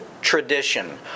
tradition